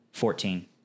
Fourteen